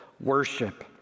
worship